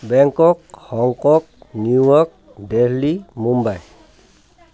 Bangkok Hong Kong New York Delhi Mumbai